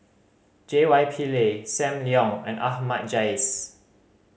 J Y Pillay Sam Leong and Ahmad Jais